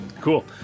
cool